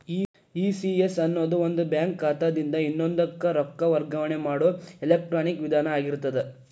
ECS ಅನ್ನೊದು ಒಂದ bank ಖಾತಾದಿನ್ದ ಇನ್ನೊಂದಕ್ಕ ರೊಕ್ಕ ವರ್ಗಾವಣೆ ಮಾಡೊ ಎಲೆಕ್ಟ್ರಾನಿಕ್ ವಿಧಾನ ಆಗಿರ್ತದ